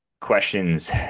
questions